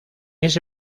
ese